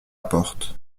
porte